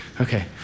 Okay